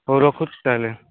ହଉ ରଖୁଛି ତାହେଲେ